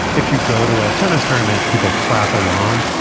if you go to a tennis tournament, people clap along.